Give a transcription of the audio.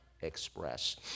express